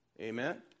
Amen